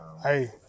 Hey